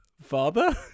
father